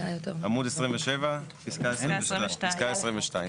עמוד 27, פסקה (22).